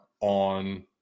on